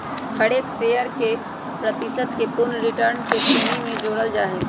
हर एक शेयर के प्रतिशत के पूर्ण रिटर्न के श्रेणी में जोडल जाहई